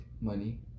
money